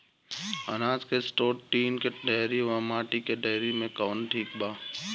अनाज के store tin के डेहरी व माटी के डेहरी मे कवन ठीक बा?